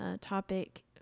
topic